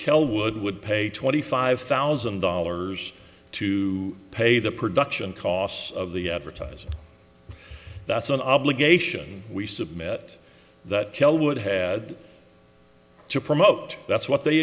kell would would pay twenty five thousand dollars to pay the production costs of the advertising that's an obligation we submit that shell would had to promote that's what they